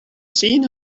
seen